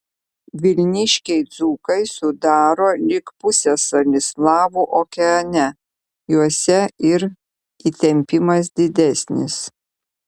vilniškiai dzūkai sudaro lyg pusiasalį slavų okeane juose ir įtempimas didesnis